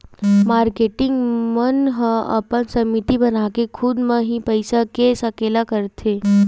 marketing मन ह अपन समिति बनाके खुद म ही पइसा के सकेला करथे